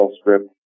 script